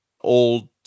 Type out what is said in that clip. old